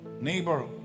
neighbor